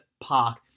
Park